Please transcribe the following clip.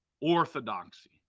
orthodoxy